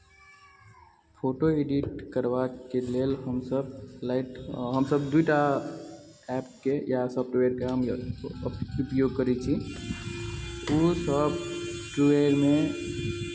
photo edit करबाके लेल हमसभ लाइट हमसभ दुइ टा एपके या सॉफ्टवेयरके हम उपयोग करै छी ओ सॉफ्टवेयरमे